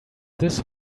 this